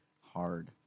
Hard